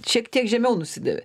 šiek tiek žemiau nusidėvi